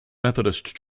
methodist